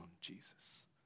Jesus